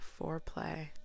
foreplay